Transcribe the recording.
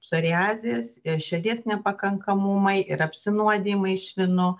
psoriazės ir širdies nepakankamumumai ir apsinuodijimai švinu